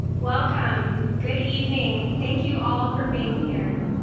welcome. good evening. thank you all for being here.